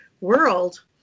world